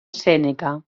sèneca